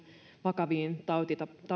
vakaviin